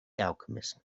alchemist